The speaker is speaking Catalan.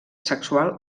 sexual